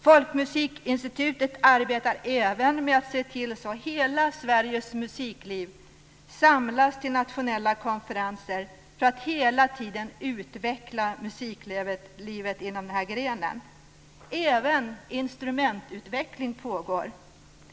Folkmusikinstitutet arbetar även med att se till att hela Sveriges musikliv samlas till nationella konferenser för att hela tiden utveckla musiklivet inom denna gren. Även instrumentutveckling pågår.